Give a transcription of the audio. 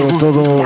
todo